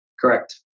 Correct